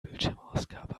bildschirmausgabe